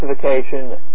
Classification